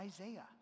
Isaiah